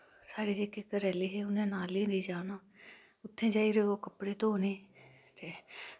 साढ़े जेह्के घरे आह्ले हे उनै नाले रे जाना उत्थें जाई र कपड़े धोने